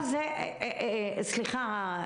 סליחה,